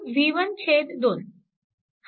हा झाला i1